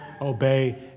obey